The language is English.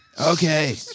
Okay